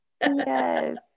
Yes